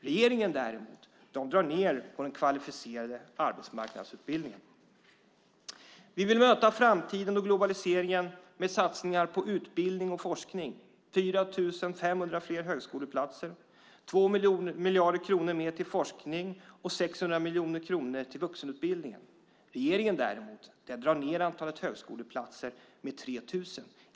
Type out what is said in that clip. Regeringen däremot drar ned på den kvalificerade arbetsmarknadsutbildningen. Vi vill möta framtiden och globaliseringen med satsningar på utbildning och forskning - 4 500 fler högskoleplatser, 2 miljarder kronor mer till forskning och 600 miljoner kronor till vuxenutbildningen. Regeringen däremot drar ned på antalet högskoleplatser med 3 000.